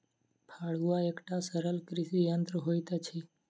फड़ुआ एकटा सरल कृषि यंत्र होइत अछि